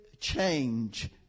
change